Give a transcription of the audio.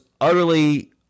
utterly